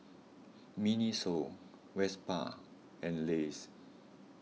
Miniso Vespa and Lays